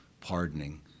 pardoning